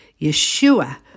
Yeshua